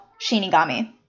Shinigami